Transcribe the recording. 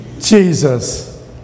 Jesus